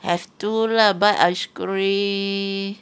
have to lah but ice cream